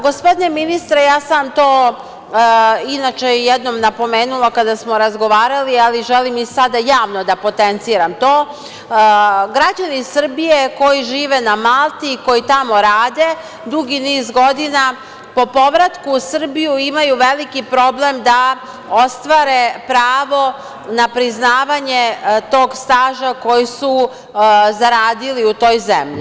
Gospodine ministre, ja sam to, inače, jednom napomenula kada smo razgovarali, ali želim i sada javno da potenciram to, građani Srbije koji žive na Malti i koji tamo rade dugi niz godina, po povratku u Srbiju imaju veliki problem da ostvare pravo na priznavanje tog staža koji su zaradili u toj zemlji.